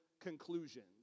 conclusions